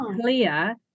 clear